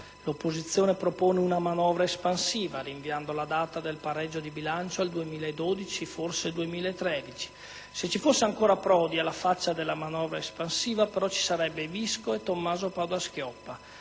l'opposizione propone una manovra espansiva, rinviando la data del pareggio di bilancio al 2012, forse al 2013; se ci fosse ancora Prodi, alla faccia della manovra espansiva, ci sarebbero Visco e Tommaso Padoa-Schioppaa